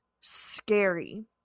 scary